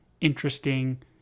interesting